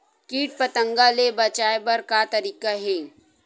कीट पंतगा ले बचाय बर का तरीका हे?